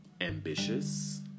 ambitious